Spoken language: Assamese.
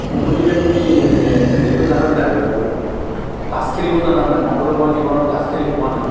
মোক শুধিলে তুমি খেলিব জানা নে নাই তাচ খেলিবলৈ জানানে নাই মই বোলো মই জীৱনত তাচ খেলি পোৱা নাই